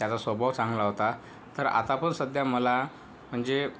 त्याचा स्वभाव चांगला होता तर आता पण सध्या मला म्हणजे